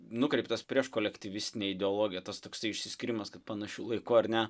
nukreiptas prieš kolektyvistinę ideologiją tas toksai išsiskyrimas kaip panašiu laiku ar ne